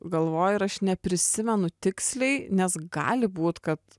galvoju ir aš neprisimenu tiksliai nes gali būt kad